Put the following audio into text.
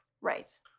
Right